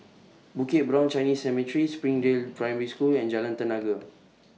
Bukit Brown Chinese Cemetery Springdale Primary School and Jalan Tenaga